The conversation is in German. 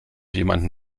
jemanden